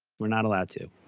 we're not allowed to.